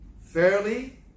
fairly